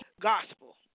gospel